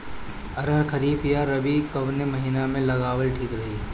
अरहर खरीफ या रबी कवने महीना में लगावल ठीक रही?